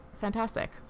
fantastic